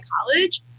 college